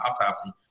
autopsy